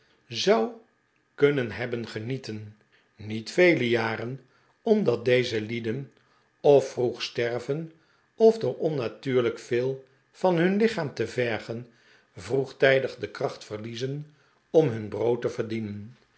zou kunnen hebben genieten niet vele jaren omdat deze lieden of vroeg sterven of door onnatuurlijk veel van hun lichaam te vergen vroegtijdig de kracht verliezen om hun brood te verdienen